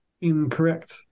Incorrect